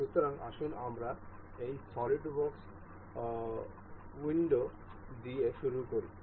সুতরাং আসুন আমরা এই সলিডওয়ার্কস উইন্ডো দিয়ে শুরু করি